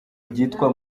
ryitwa